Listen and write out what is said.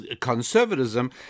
conservatism